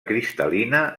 cristal·lina